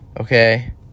okay